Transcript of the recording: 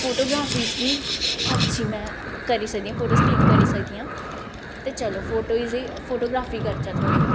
photography च बी अच्छी में करी सकनी में फोटो क्लिक करी सकनी आं ते चलो फोटो ही च फोटोग्राफी करचै थोह्ड़ी